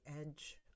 edge